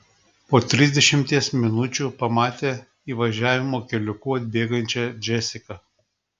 po trisdešimties minučių pamatė įvažiavimo keliuku atbėgančią džesiką